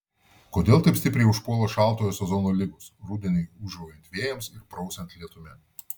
kodėl taip stipriai užpuola šaltojo sezono ligos rudeniui ūžaujant vėjams ir prausiant lietumi